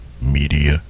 Media